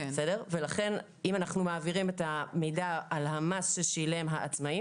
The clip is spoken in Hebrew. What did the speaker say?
לכן אם אנחנו מעבירים את המידע על המס ששילם העצמאי,